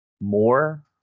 more